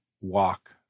walk